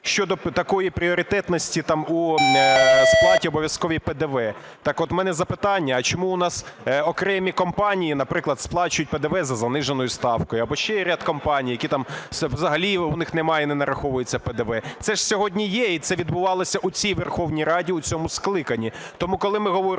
Щодо такої пріоритетності там у сплаті обов'язковій ПДВ. Так от в мене запитання, а чому у нас окремі компанії, наприклад, сплачують ПДВ за заниженою ставкою? Або ще є ряд компаній, які взагалі у них немає і не нараховується ПДВ. Це ж сьогодні є, і це відбувалося у цій Верховній Раді, у цьому скликанні. Тому, коли ми говоримо